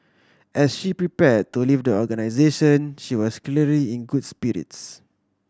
as she prepare to leave the organisation she was clearly in good spirits